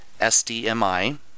SDMI